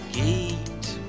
gate